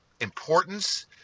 importance